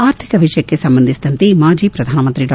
ಆರ್ಥಿಕ ವಿಷಯ ಸಂಬಂಧಿಸಿದಂತೆ ಮಾಜ ಪ್ರಧಾನಮಂತ್ರಿ ಡಾ